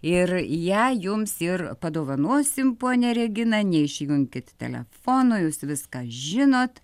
ir ją jums ir padovanosim ponia regina neišjunkit telefono jūs viską žinot